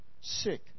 sick